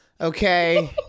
okay